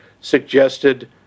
suggested